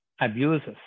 abuses